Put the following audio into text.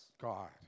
God